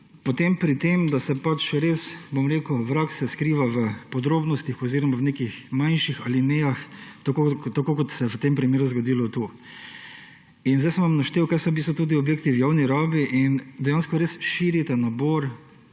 potem pri tem, da se pač vrag skriva v podrobnostih oziroma v nekih manjših alinejah, tako kot se je v tem primeru zgodilo tu. Zdaj sem vam naštel, kaj vse so v bistvu tudi objekti v javni rabi, in dejansko res širite nabor